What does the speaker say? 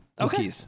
okay